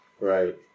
right